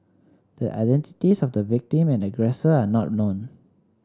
the identities of the victim and aggressor are not known